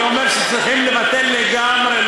אני אומר שצריכים לבטל לגמרי,